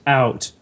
out